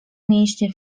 mięśnie